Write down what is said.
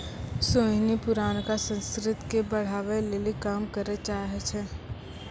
सोहिनी पुरानका संस्कृति के बढ़ाबै लेली काम करै चाहै छै